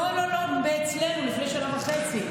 לא, לא, אצלנו, לפני שנה וחצי.